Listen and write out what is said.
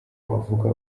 wavuga